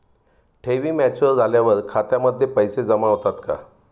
ठेवी मॅच्युअर झाल्यावर खात्यामध्ये पैसे जमा होतात का?